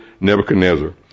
Nebuchadnezzar